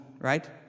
right